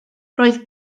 roedd